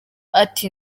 ati